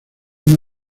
una